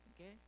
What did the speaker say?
okay